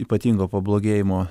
ypatingo pablogėjimo